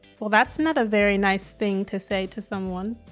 well that's not a very nice thing to say to someone.